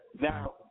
now